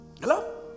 Hello